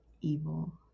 evil